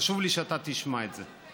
חשוב לי שאתה תשמע את זה,